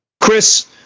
chris